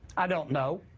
i don't know.